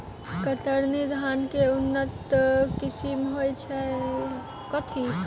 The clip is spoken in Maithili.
कतरनी धान केँ के उन्नत किसिम होइ छैय?